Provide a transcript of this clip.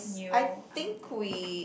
I think we